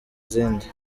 izindi